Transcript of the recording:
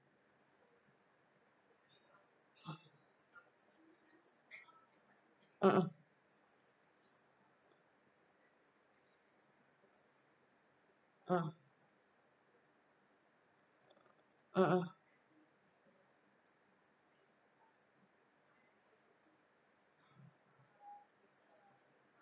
mm mm mm mm mm